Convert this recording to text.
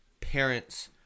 parents